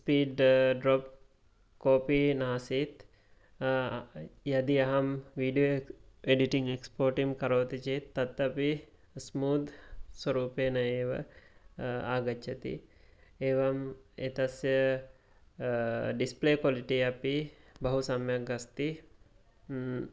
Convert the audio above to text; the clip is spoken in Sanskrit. स्पीड् ड्राप् कोपि न् आसीत् यदि अहं वीडियो एडिटीङ् एक्स्पोपोर्टीङ् करोमि चेत् तत् अपि स्मूत् स्वरूपेण एव आगच्छति एवं एतस्य डिस्प्ले क्वालिटी अपि बहु सम्यगस्ति